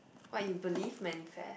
what you believe manifest